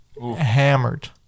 hammered